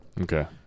Okay